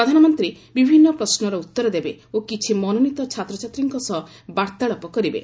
ପ୍ରଧାନମନ୍ତ୍ରୀ ବିଭିନ୍ନ ପ୍ରଶ୍ୱର ଉତ୍ତର ଦେବେ ଓ କିଛି ମନୋନୀତ ଛାତ୍ରଛାତ୍ରୀଙ୍କ ସହ ବାର୍ତ୍ତାଳାପ କରିବେ